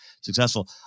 successful